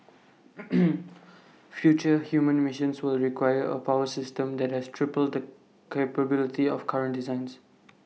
future human missions will require A power system that has triple the capability of current designs